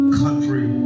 country